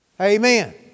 Amen